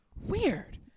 weird